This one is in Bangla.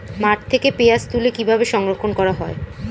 মাঠ থেকে পেঁয়াজ তুলে কিভাবে সংরক্ষণ করা হয়?